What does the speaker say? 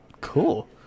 Cool